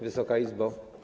Wysoka Izbo!